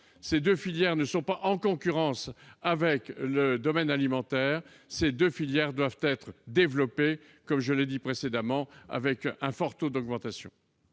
pas, elles ne sont pas en concurrence avec le domaine alimentaire. Ces deux filières doivent être développées, comme je l'ai dit précédemment, et bénéficier d'un fort taux d'augmentation.